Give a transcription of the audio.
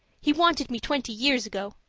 he wanted me twenty years ago.